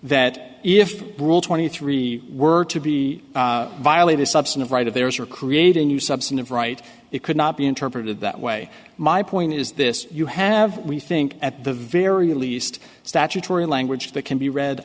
that if rule twenty three were to be violated substantive right of theirs or create a new substantive right it could not be interpreted that way my point is this you have we think at the very least statutory language that can be read